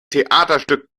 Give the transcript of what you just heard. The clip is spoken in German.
theaterstück